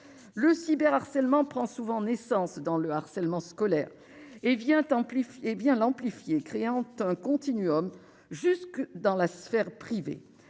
le cyber harcèlement prend souvent naissance dans le harcèlement scolaire et vient en plus, hé bien l'amplifier criantes un continuum jusque dans la sphère privée,